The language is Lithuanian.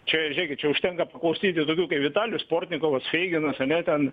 čia žiūrėkit čia užtenka paklausyti daugiau kaip vitalijus portnikovas feiginas ane ten